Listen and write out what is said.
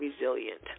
resilient